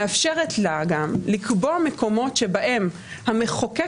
מאפשר לה גם לקבוע מקומות שבהם המחוקק